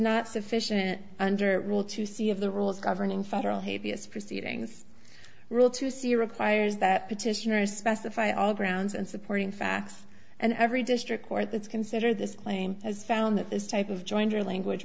not sufficient under rule to see of the rules governing federal hey vs proceedings rule to see requires that petitioners specify all grounds and supporting facts and every district court that's considered this claim has found that this type of joinder language